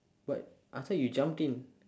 but I thought you jumped in